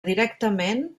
directament